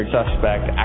suspect